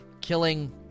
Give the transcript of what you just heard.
killing